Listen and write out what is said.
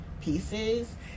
pieces